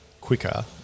quicker